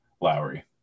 Lowry